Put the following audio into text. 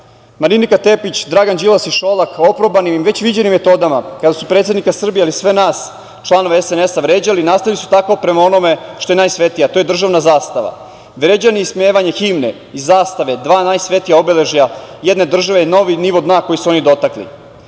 Marinika Tepić, Dragan Đilas i Šolak oprobanim i već viđenim metodama kada su predsednika Srbije, ali i sve nas članove SNS vređali, nastavili su tako prema onome što je najsvetije, a to je državna zastava. Vređanje i ismevanje himne i zastave dva najsvetija obeležja jedne države je novi nivo dna koji su oni